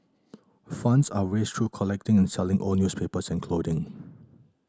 funds are raised through collecting and selling old newspapers and clothing